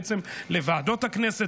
בעצם לוועדות הכנסת.